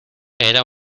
era